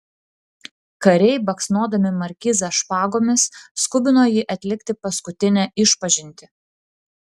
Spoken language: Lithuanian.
kariai baksnodami markizą špagomis skubino jį atlikti paskutinę išpažintį